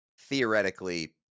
theoretically